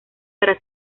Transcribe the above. para